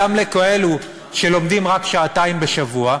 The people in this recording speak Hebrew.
גם מכאלו שלומדים רק שעתיים בשבוע,